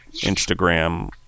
Instagram